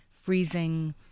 freezing